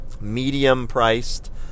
medium-priced